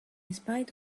spite